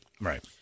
Right